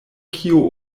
kio